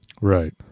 Right